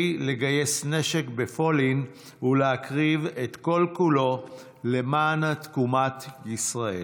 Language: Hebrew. לגייס נשק בפולין ולהקריב את כל-כולו למען תקומת ישראל,